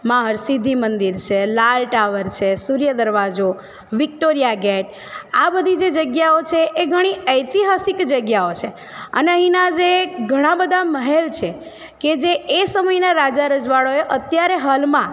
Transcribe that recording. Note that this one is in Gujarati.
માં હરસિદ્ધિ મંદિર છે લાલ ટાવર છે સૂર્ય દરવાજો વિક્ટોરિયા ગેટ આ બધી જે જગ્યાઓ છે એ ઘણી ઐતિહાસિક જગ્યાઓ છે અને અહીંયા ના જે ઘણા બધા મહેલ છે કે એ જે એ સમયના રાજ રજવાડાઓએ અત્યારે હાલમાં